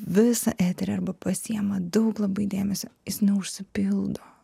visą eterį arba pasiima daug labai dėmesio jis neužsipildo